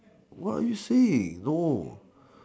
what are you saying no